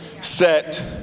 set